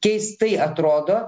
keistai atrodo